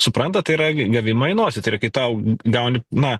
supranta tai yra gavimą į nosį tai yra kai tau gauni na